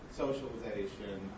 socialization